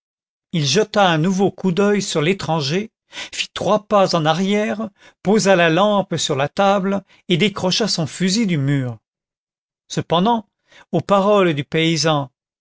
il jeta un nouveau coup d'oeil sur l'étranger fit trois pas en arrière posa la lampe sur la table et décrocha son fusil du mur cependant aux paroles du paysan